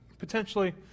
potentially